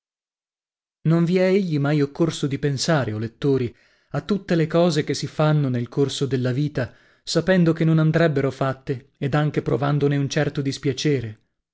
non vi è egli mai occorso di pensare o lettori a tutte le cose che si fanno nel corso della vita sapendo che non andrebbero fatte ed anche provandone un certo dispiacere